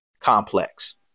complex